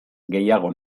gehiago